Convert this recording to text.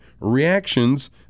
reactions